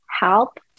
help